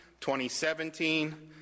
2017